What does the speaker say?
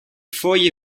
foje